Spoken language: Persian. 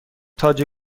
تاج